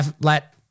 let